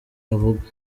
avuga